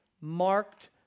marked